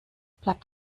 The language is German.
bleibt